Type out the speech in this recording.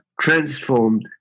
transformed